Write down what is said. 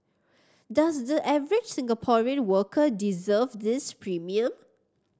does the average Singaporean worker deserve this premium